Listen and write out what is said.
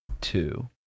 two